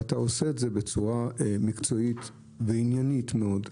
ואתה עושה את זה בצורה מקצועית ועניינית מאוד,